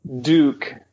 Duke